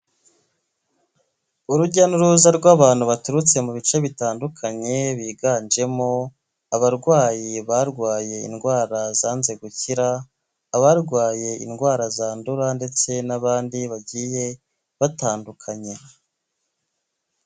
Urujya n'uruza rw'abantu baturutse mu bice bitandukanye biganjemo abarwayi barwaye indwara zanze gukira, abarwaye indwara zandura ndetse n'abandi bagiye batandukanye.